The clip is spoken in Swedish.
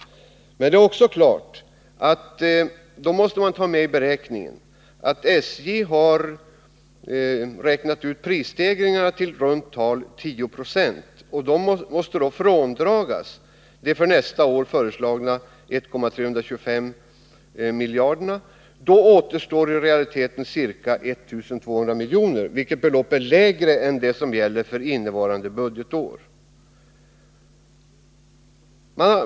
Men det är också klart att den av SJ beräknade prisstegringen sedan förra budgetåret på 1096 skall fråndras de för nästa år föreslagna 1325 miljonerna. Då återstår i realiteten ca 1 200 miljoner, vilket belopp är lägre än det som gäller för innevarande budgetår.